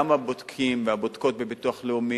גם הבודקים והבודקות בביטוח לאומי,